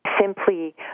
simply